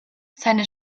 seine